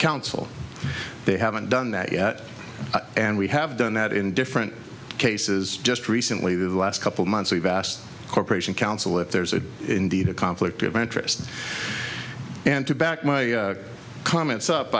counsel they haven't done that yet and we have done that in different cases just recently the last couple months we've asked a corporation counsel if there's a indeed a conflict of interest and to back my comments up